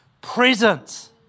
presence